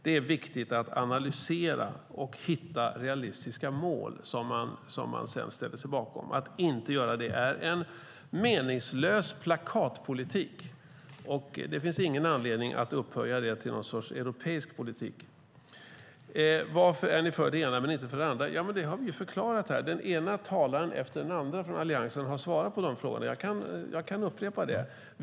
Det är viktigt att analysera och hitta realistiska mål som man sedan ställer sig bakom. Att inte göra det är en meningslös plakatpolitik. Det finns ingen anledning att upphöja den till någon sorts europeisk politik. Varför är ni för det ena men inte för det andra? Det har vi ju förklarat här. Den ena talaren efter den andra från Alliansen har svarat på de frågorna. Jag kan upprepa det.